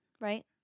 right